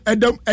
Adam